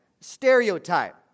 Stereotype